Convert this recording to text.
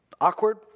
Awkward